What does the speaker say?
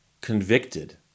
convicted